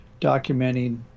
documenting